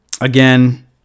again